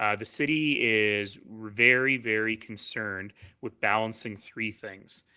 ah the city is very, very concerned with balancing three things.